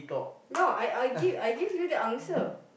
no I I I'll give I'll give you the answer